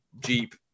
jeep